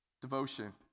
Devotion